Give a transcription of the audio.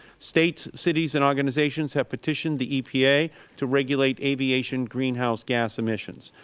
states, cities and organizations have petitioned the epa to regulate aviation greenhouse gas emissions.